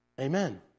Amen